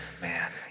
man